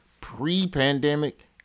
pre-pandemic